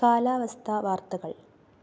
കാലാവസ്ഥാ വാർത്തകൾ